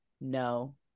no